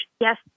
yes